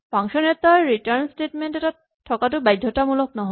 function এটাৰ return statement এটা থকাটো বাধ্যতামূলক নহয়